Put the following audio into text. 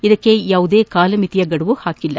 ಇದಕ್ಕೆ ಯಾವುದೇ ಕಾಲಮಿತಿಯ ಗಡುವು ಹಾಕಿಲ್ಲ